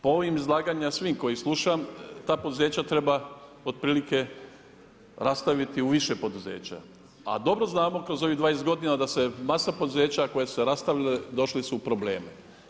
Po ovim izlaganjima svim koja slušam ta poduzeća treba otprilike rastaviti u više poduzeća, a dobro znamo kroz ovih 20 godina da se masa poduzeća koja su se rastavili došli su u problem.